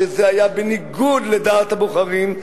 שזה היה בניגוד לדעת הבוחרים,